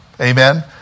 Amen